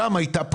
שם הייתה פגיעה.